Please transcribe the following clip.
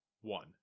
one